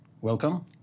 Welcome